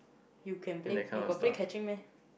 you can play you got play catching meh